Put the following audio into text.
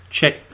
check